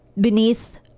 beneath